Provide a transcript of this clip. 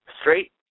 straight